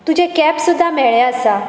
तुजे कॅप सुद्धा म्हेळें आसा